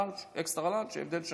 לארג', אקסטרה-לארג' הבדל של